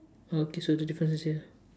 okay so the difference is here